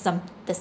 some there's